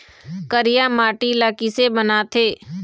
करिया माटी ला किसे बनाथे?